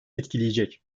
etkileyecek